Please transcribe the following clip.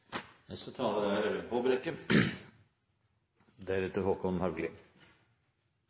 Neste taler er